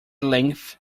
length